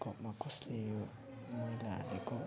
कपमा कसले यो मैला हालेको